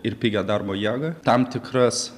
ir pigią darbo jėgą tam tikras